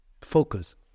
focus